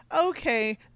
okay